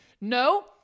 No